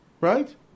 Right